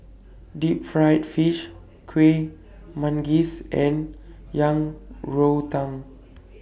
Deep Fried Fish Kuih Manggis and Yang Rou Tang